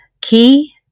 Key